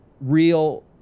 real